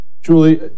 Julie